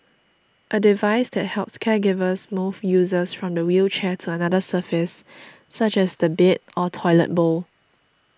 a device that helps caregivers move users from the wheelchair to another surface such as the bed or toilet bowl